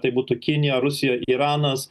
tai būtų kinija rusija iranas